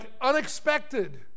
unexpected